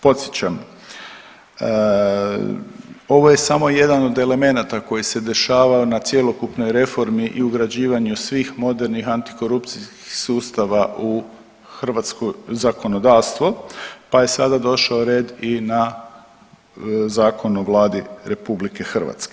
Podsjećam, ovo je samo jedan od elementa koji se dešavaju na cjelokupnoj reformi i ugrađivanju svih modernih antikorupcijskih sustava u hrvatsko zakonodavstvo, pa je sada došao red i na Zakon o Vladi RH.